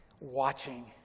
watching